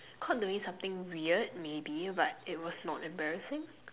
caught doing something weird maybe but it was not embarrassing